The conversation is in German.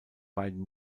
beiden